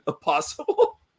possible